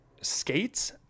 skates